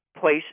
place